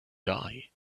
die